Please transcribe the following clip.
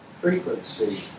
frequency